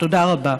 תודה רבה.